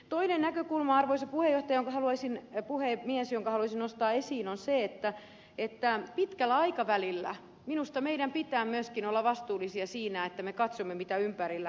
toinen näkökulma arvoisa puhemies jonka haluaisin ja puheet mies joka halusi nostaa esiin on se että pitkällä aikavälillä minusta meidän pitää myöskin olla vastuullisia siinä että me katsomme mitä ympärillä tapahtuu